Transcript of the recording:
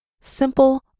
Simple